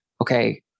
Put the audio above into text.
okay